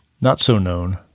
not-so-known